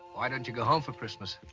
why don't you go home for christmas?